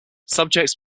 subjects